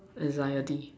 anxiety